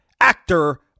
actor